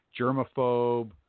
germaphobe